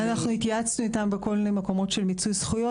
אנחנו התייעצנו איתם בכל מיני מקומות של מיצוי זכויות